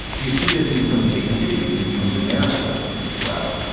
you see this in some big cities in terms of mayors elections as well.